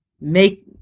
Make